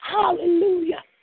Hallelujah